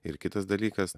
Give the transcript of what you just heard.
ir kitas dalykas